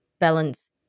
balance